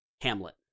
Hamlet